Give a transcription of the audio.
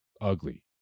ugly